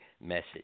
message